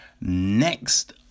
Next